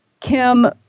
Kim